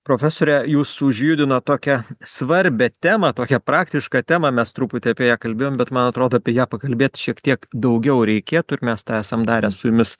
profesore jūs užjudinot tokią svarbią temą tokią praktišką temą mes truputį apie ją kalbėjom bet man atrodo apie ją pakalbėt šiek tiek daugiau reikėtų ir mes tą esam darę su jumis